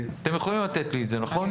אתם יכולים לתת לי את זה, נכון?